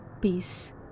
peace